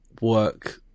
work